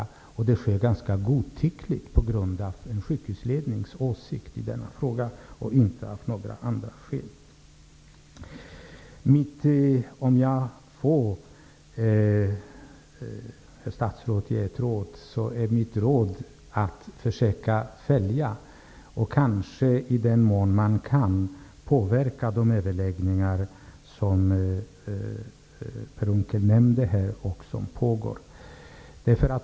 En sådan diskriminering sker ganska godtyckligt på grund av en sjukhuslednings åsikt och inte av några andra skäl. Herr statsråd! Om jag får ge ett råd, så är det att statsrådet bör försöka följa -- och kanske i den mån det är möjligt påverka -- de överläggningar som pågår.